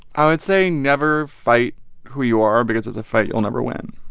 i would say never fight who you are because it's a fight you'll never win.